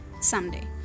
someday